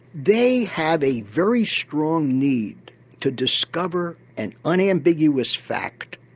they had a very strong need to discover an unambiguous fact,